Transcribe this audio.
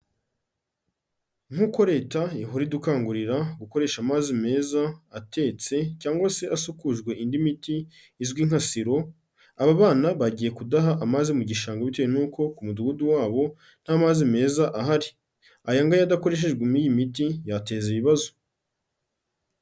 Nkuko Leta ihora idukangurira gukoresha amazi meza, atetse cyangwa se asukujwe indi miti izwi nka siro. Aba bana bagiye kudaha amazi mu gishanga bitewe nuko ku Mudugudu wabo nta mazi meza ahari. Aya ngaha adakoreshejwemo iyi miti yateza ibibazo.